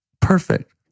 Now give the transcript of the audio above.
Perfect